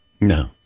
No